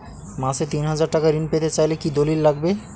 মাসে তিন হাজার টাকা ঋণ পেতে চাইলে কি দলিল লাগবে?